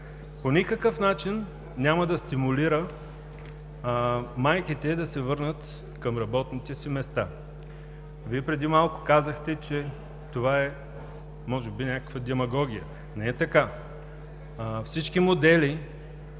по никакъв начин няма да стимулира майките да се върнат към работните си места. Вие преди малко казахте, че това е може би някаква демагогия. Не е така. Всички модели